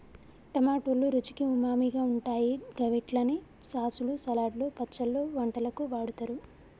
టమాటోలు రుచికి ఉమామిగా ఉంటాయి గవిట్లని సాసులు, సలాడ్లు, పచ్చళ్లు, వంటలకు వాడుతరు